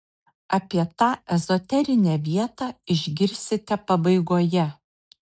apie tą ezoterinę vietą išgirsite pabaigoje